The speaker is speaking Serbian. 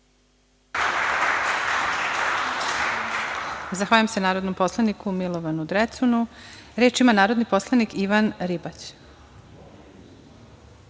Zahvaljujem se narodnom poslaniku Milovanu Drecunu. Reč ima narodni poslanik Ivan